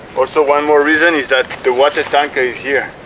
also one more reason is that the water tanker is here